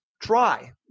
try